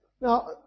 Now